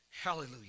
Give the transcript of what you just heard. Hallelujah